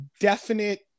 definite